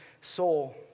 soul